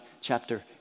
chapter